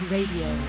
Radio